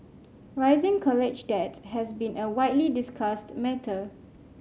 rising college debts has been a widely discussed matter